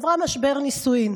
עברה משבר נישואים